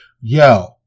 Yo